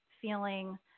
feeling